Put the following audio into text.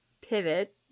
pivot